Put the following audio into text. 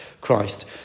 Christ